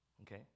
okay